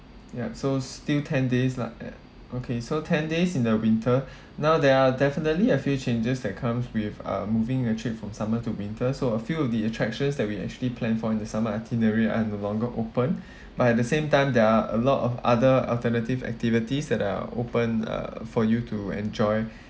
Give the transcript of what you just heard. yup so still ten days lah eh okay so ten days in the winter now there are definitely a few changes that comes with uh moving a trip from summer to winter so a few of the attractions that we actually plan for in the summer itinerary are no longer open but at the same time there are a lot of other alternative activities that are open uh for you to enjoy